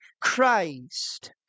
Christ